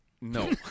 No